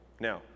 Now